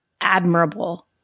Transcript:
admirable